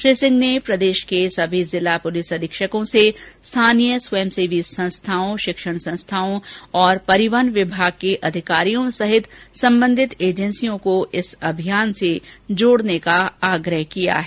श्री सिंह ने प्रदेष के सभी जिला पुलिस अधीक्षकों से स्थानीय स्वयं सेवी संस्थाओं षिक्षण सस्थाओं तथा परिवहन विभाग के अधिकारियों सहित सभी सम्बन्धित एजेन्सियों को इस अभियान से जोडने का आग्रह किया गया है